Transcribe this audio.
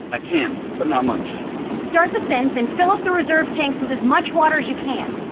i can, but not much start the synth and fill up the reserve tanks with as much water as you can.